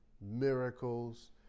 miracles